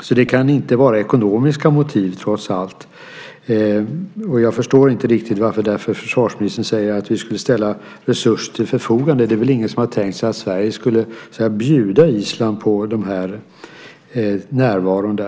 Det kan alltså inte vara ekonomiska motiv trots allt. Jag förstår därför inte riktigt varför försvarsministern säger att vi skulle ställa resurser till förfogande. Det är väl ingen som har tänkt sig att Sverige skulle så att säga bjuda Island på närvaron där.